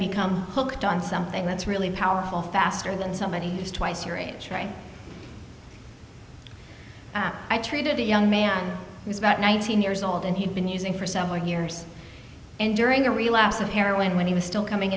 become hooked on something that's really powerful faster than somebody who is twice your age i treated a young man who is about nineteen years old and he'd been using for several years and during a relapse of heroin when he was still coming